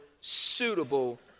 suitable